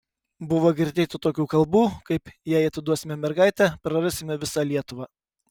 buvo girdėti tokių kalbų kaip jei atiduosime mergaitę prarasime visą lietuvą